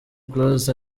close